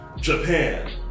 Japan